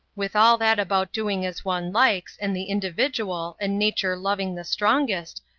with all that about doing as one likes, and the individual, and nature loving the strongest,